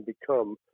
become